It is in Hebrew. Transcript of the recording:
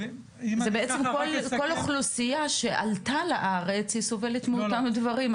אז בעצם כל אוכלוסייה שעלתה לארץ סובלת מאותם דברים,